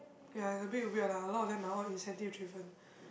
ya it's a bit weird lah a lot of them are all incentive driven